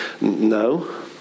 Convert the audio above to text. No